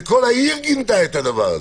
וכל העיר גינתה את הדבר הזה.